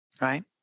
right